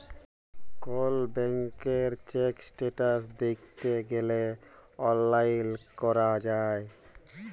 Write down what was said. call ব্যাংকের check status দ্যাইখতে গ্যালে অললাইল ক্যরা যায়